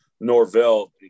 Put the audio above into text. Norvell